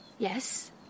Yes